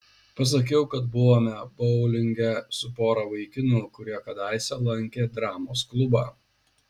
pasakiau kad buvome boulinge su pora vaikinų kurie kadaise lankė dramos klubą